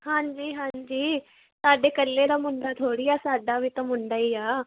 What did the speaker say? ਹਾਂਜੀ ਹਾਂਜੀ ਸਾਡੇ ਕੱਲੇ ਦਾ ਮੁੰਡਾ ਥੋੜ੍ਹੀ ਆ ਸਾਡਾ ਵੀ ਤਾਂ ਮੁੰਡਾ ਹੀ ਆ